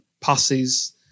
passes